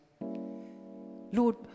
Lord